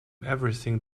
everything